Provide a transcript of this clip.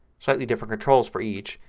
slightly different controls for each.